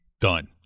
Done